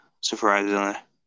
surprisingly